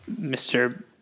Mr